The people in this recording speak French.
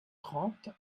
trente